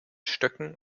stöcken